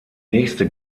nächste